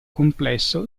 complesso